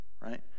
right